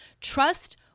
Trust